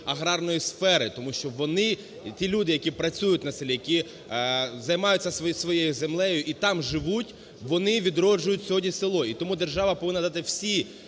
аграрної сфери, тому що вони, ті люди, які працюють на селі, які займаються своєю землею і там живуть, вони відроджують сьогодні село. І тому держава повинна надати всі